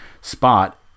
spot